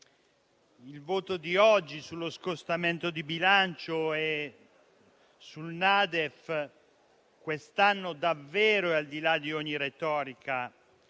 il voto di oggi sullo scostamento di bilancio e sul NADEF quest'anno, davvero e al di là di ogni retorica,